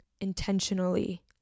intentionally